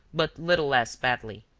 but little less badly.